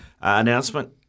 announcement